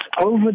Over